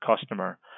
customer